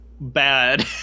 bad